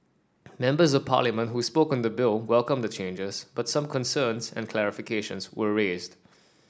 members of parliament who spoke on the bill welcomed the changes but some concerns and clarifications were raised